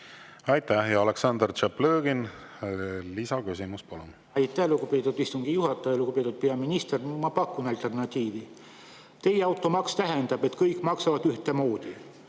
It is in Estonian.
Aitäh! Aleksandr Tšaplõgin, lisaküsimus, palun! Aitäh, lugupeetud istungi juhataja! Lugupeetud peaminister! Ma pakun alternatiivi. Teie automaks tähendab, et kõik maksavad ühtemoodi